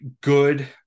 good –